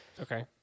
Okay